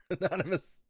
anonymous